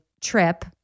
trip